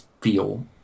feel